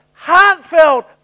Heartfelt